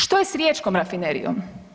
Što je s riječkom rafinerijom?